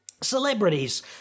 Celebrities